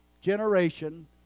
generation